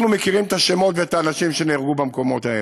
אנחנו מכירים את השמות ואת האנשים שנהרגו במקומות האלה,